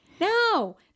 no